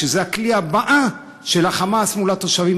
שזה הכלי הבא של ה"חמאס" מול התושבים,